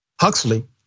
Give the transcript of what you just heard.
Huxley